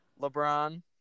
lebron